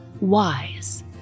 wise